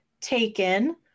Taken